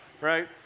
right